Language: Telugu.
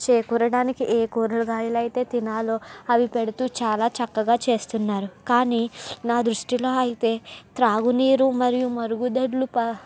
చేకూరడానికి ఏ కూరగాయలు అయితే తినాలో అవి పెడుతూ చాలా చక్కగా చేస్తున్నారు కానీ నా దృష్టిలో అయితే త్రాగు నీరు మరియు మరుగుదొడ్లు ప